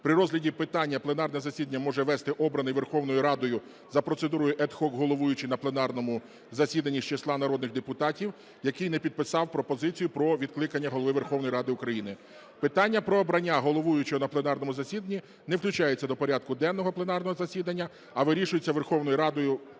при розгляді питання пленарне засідання може вести обраний Верховною Радою за процедурою ad hoc головуючий на пленарному засіданні з числа народних депутатів, який не підписав пропозицію про відкликання Голови Верховної Ради. Питання про обрання головуючого на пленарному засіданні не включається до порядку денного пленарного засідання, а вирішується Верховною Радою